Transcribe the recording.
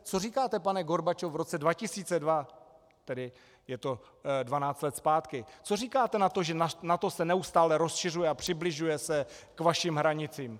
Co říkáte, pane Gorbačove, v roce 2002, tedy je to dvanáct let zpátky, co říkáte na to, že NATO se neustále rozšiřuje a přibližuje se k vašim hranicím?